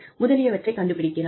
முதலியவற்றைக் கண்டுபிடிக்கிறார்